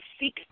seek